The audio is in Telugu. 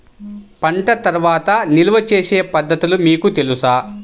పంట తర్వాత నిల్వ చేసే పద్ధతులు మీకు తెలుసా?